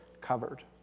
covered